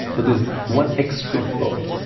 but there is one extra thought,